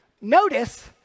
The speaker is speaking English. Notice